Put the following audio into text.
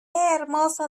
hermoso